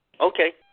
Okay